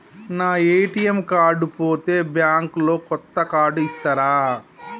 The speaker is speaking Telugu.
నా ఏ.టి.ఎమ్ కార్డు పోతే బ్యాంక్ లో కొత్త కార్డు ఇస్తరా?